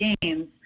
games